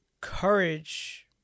Courage